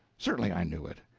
certainly i knew it.